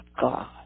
God